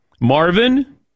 Marvin